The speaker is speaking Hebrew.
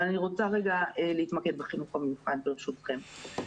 אתמקד בחינוך המיוחד, ברשותכם.